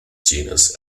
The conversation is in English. genus